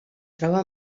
troba